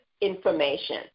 information